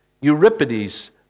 Euripides